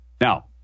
Now